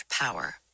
Power